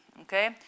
okay